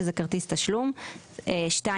שזה כרטיס תשלום; 2,